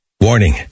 warning